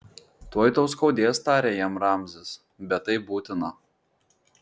tuoj tau skaudės tarė jam ramzis bet tai būtina